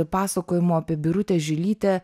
pasakojimo apie birutę žilytę